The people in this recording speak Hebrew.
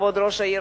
כבוד ראש העיר,